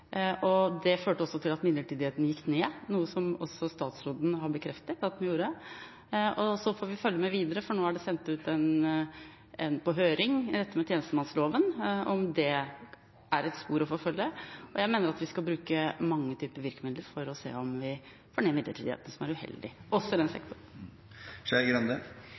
høyskolesektoren. Det førte til at midlertidigheten gikk ned, noe som også statsråden har bekreftet at den gjorde. Så får vi følge med videre – for nå er dette med tjenestemannsloven sendt ut på høring – og se om det er et spor å forfølge. Jeg mener at vi skal bruke mange typer virkemidler for å se om vi får ned midlertidigheten, som er uheldig, også i den sektoren.